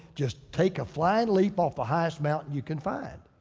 just take a flying leap off the highest mountain you can find.